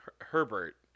Herbert